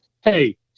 hey